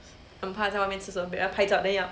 很怕在外面吃的时候人家拍照 then 你要